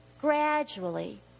gradually